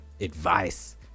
advice